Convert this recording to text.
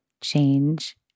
change